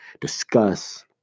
Discuss